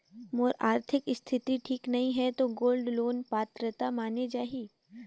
मोर आरथिक स्थिति ठीक नहीं है तो गोल्ड लोन पात्रता माने जाहि?